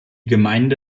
gemeinde